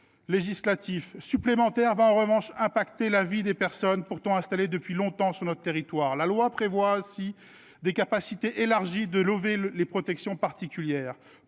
législatif supplémentaire va en revanche avoir un impact sur la vie de personnes pourtant installées depuis longtemps sur notre territoire. Le projet de loi prévoit ainsi des capacités élargies de lever la protection particulière.